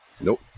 nope